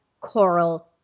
coral